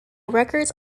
records